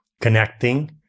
connecting